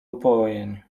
upojeń